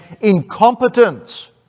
incompetence